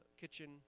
kitchen